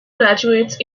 graduates